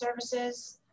Services